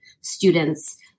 students